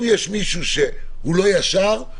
אם יש מישהו שהוא לא ישר,